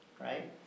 right